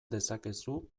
dezakezu